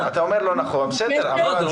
יש